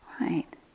right